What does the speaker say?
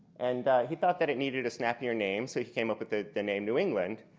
and he thought that it needed a snappier name so he came up with the the name new england.